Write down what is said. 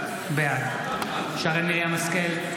בעד שרן מרים השכל,